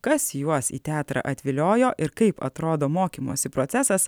kas juos į teatrą atviliojo ir kaip atrodo mokymosi procesas